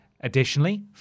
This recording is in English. Additionally